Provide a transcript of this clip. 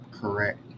Correct